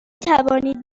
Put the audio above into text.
توانید